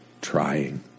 trying